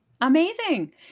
Amazing